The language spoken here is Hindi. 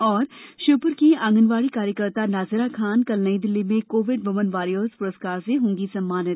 और श्योपुर की आंगनवाड़ी कार्यकर्ता नाज़िरा खान कल नई दिल्ली में कोविड वूमन वारियर्स पुरस्कार से होंगी सम्मानित